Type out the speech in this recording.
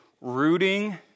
rooting